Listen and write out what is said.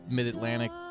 Mid-Atlantic